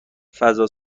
فضا